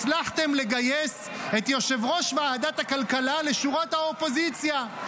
הצלחתם לגייס את יושב-ראש ועדת הכלכלה לשורות האופוזיציה.